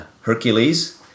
Hercules